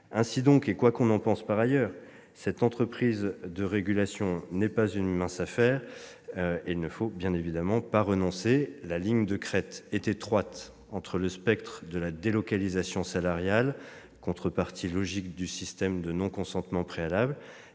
Ainsi donc, et quoi qu'on en pense par ailleurs, cette entreprise de régulation n'est pas une mince affaire. Bien évidemment, il ne faut pas renoncer. La ligne de crête est étroite entre le spectre de la délocalisation salariale- contrepartie logique du système de non-consentement préalable